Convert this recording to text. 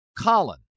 Colin